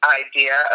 idea